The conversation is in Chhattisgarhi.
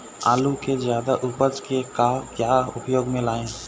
आलू कि जादा उपज के का क्या उपयोग म लाए?